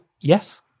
yes